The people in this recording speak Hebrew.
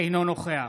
אינו נוכח